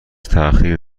تاخیر